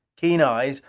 keen eyes,